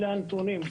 הבנתי.